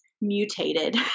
mutated